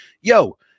yo